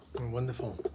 Wonderful